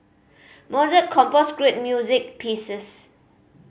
Mozart composed great music pieces